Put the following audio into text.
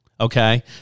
okay